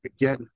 Again